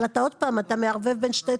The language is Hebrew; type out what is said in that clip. אבל אתה עוד פעם מערבב בין שני תחומים.